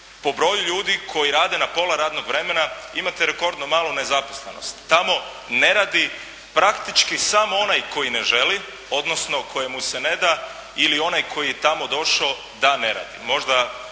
po broju ljudi koji rade na pola radnog vremena imate rekordnu malu nezaposlenost. Tamo ne radi praktički samo onaj koji ne želi, odnosno kojemu se ne da ili onaj tko je tamo došao da ne radi.